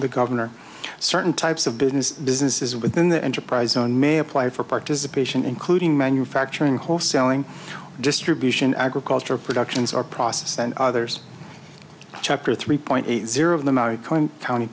the gov certain types of business businesses within the enterprise zone may apply for participation including manufacturing wholesaling distribution agriculture productions are processed and others chapter three point eight zero